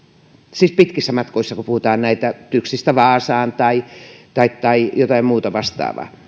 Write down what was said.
siis pitkissä matkoissa kun puhutaan näistä tyksistä vaasaan tai tai jotain muuta vastaavaa